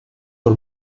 per